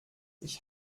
ich